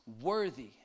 Worthy